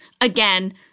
Again